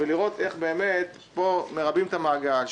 לראות איך באמת מרבעים פה את המעגל,